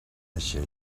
nàixer